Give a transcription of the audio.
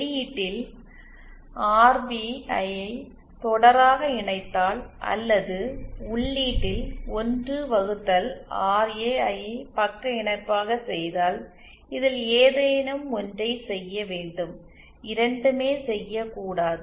வெளியீட்டில் ஆர்பி ஐ தொடராக இணைத்தால் அல்லது உள்ளீட்டில் 1 வகுத்தல் ஆர்ஏ ஐ பக்க இணைப்பாக செய்தால் இதில் ஏதேனும் ஒன்றை செய்ய வேண்டும் இரண்டுமே செய்யக்கூடாது